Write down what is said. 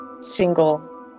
single